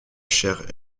chère